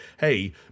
hey